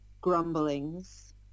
grumblings